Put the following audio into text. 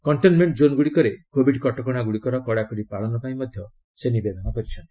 containment ଜୋନଗୁଡ଼ିକରେ covid କଟକଣାଗୁଡ଼ିକର କଡ଼ାକଡ଼ି ପାଳନ ପାଇଁ ସେ ନିବେଦନ କରିଛନ୍ତି